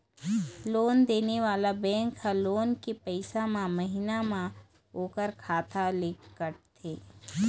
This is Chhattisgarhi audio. लोन देने वाला बेंक ह लोन के पइसा ल महिना म ओखर खाता ले काटथे